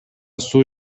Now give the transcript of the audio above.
суу